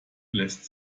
lässt